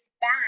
back